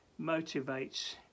motivates